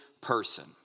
person